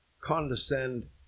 condescend